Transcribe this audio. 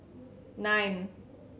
nine